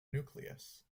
nucleus